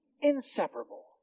Inseparable